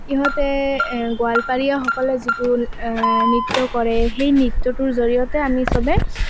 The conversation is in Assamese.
ইহঁতে এ গোৱালপৰীয়া সকলে যিটো নৃত্য কৰে সেই নৃত্যটোৰ জৰিয়তে আমি সবে